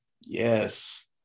Yes